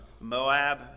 Moab